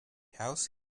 house